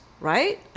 right